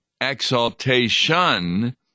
exaltation